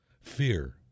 Fear